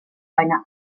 eine